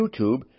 YouTube